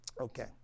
Okay